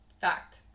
Fact